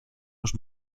los